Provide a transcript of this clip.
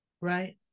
Right